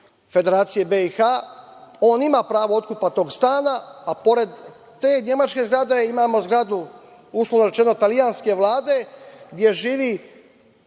Federacije Bih, on ima pravo otkupa tog stana, a pored te nemačke zgrade imamo zgradu, uslovno rečeno, italijanske vlade, gde živi